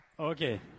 Okay